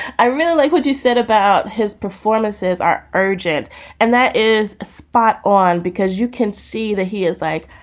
i really like what you said about his performances are urgent and that is spot on because you can see that he is like,